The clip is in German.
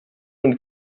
und